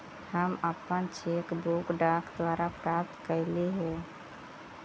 हम अपन check book डाक द्वारा प्राप्त कईली हे